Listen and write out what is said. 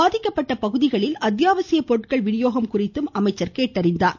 பாதிப்படைந்த பகுதிகளில் அத்தியாவசிய பொருட்கள் வினியோகம் குறித்தும் அமைச்சர் கேட்டறிந்தார்